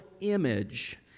image